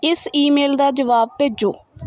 ਇਸ ਈਮੇਲ ਦਾ ਜਵਾਬ ਭੇਜੋ